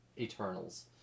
Eternals